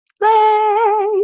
play